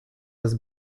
was